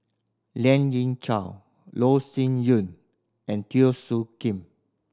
Lien Ying Chow Loh Sin Yun and Teo Soon Kim